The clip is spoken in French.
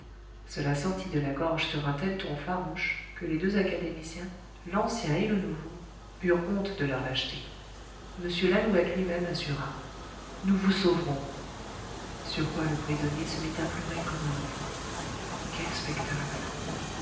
cela sortit de la gorge sur un tel ton farouche que les deux académiciens l'ancien et le nouveau eurent honte de leur lâcheté m lalouette lui-même assura nous vous sauverons sur quoi le prisonnier se mit à pleurer comme un enfant quel spectacle